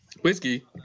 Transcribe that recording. Whiskey